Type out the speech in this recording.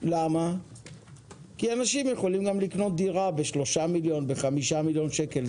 כי אנשים יכולים לקנות גם ב-3 מיליון ו-5 מיליון שקל.